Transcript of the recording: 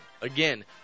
Again